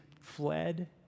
fled